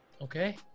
Okay